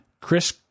Chris